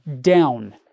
down